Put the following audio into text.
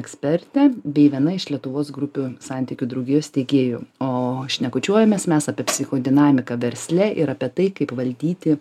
ekspertė bei viena iš lietuvos grupių santykių draugijos steigėjų o šnekučiuojamės mes apie psichodinamiką versle ir apie tai kaip valdyti